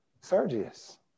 Sergius